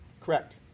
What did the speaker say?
Correct